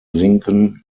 sinken